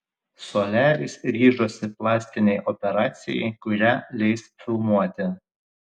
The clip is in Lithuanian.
soliaris ryžosi plastinei operacijai kurią leis filmuoti